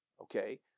okay